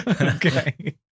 Okay